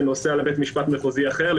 נוסע לבית משפט מחוזי אחר,